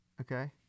Okay